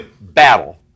battle